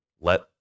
let